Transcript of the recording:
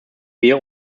wir